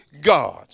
God